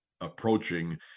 approaching